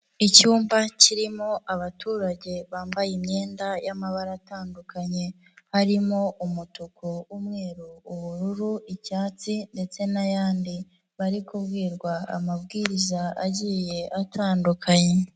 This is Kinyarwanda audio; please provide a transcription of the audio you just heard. Icyumba kirimo abaturage bambaye imyenda y'amabara atandukanye arimo umutuku, umweru, ubururu, icyatsi ndetse n'ayandi, bari kubwirwa amabwiriza agiye atandukanye.